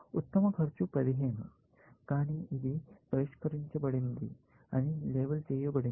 ఉత్తమ ఖర్చు 15 కానీ ఇది పరిష్కరించబడింది అని లేబుల్ చేయబడింది